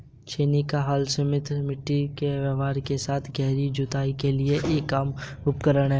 छेनी का हल सीमित मिट्टी के व्यवधान के साथ गहरी जुताई के लिए एक आम उपकरण है